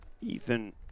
Ethan